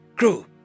Crew